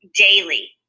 daily